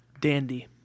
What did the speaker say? Dandy